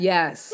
Yes